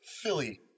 Philly